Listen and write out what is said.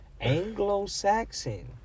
Anglo-Saxon